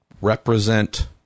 represent